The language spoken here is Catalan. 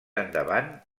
endavant